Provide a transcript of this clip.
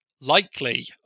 likely